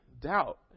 doubt